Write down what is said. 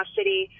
City